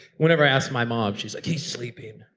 whenever i asked my mom she's like, he's sleeping.